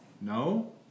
No